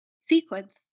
sequence